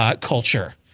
culture